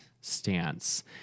stance